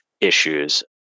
issues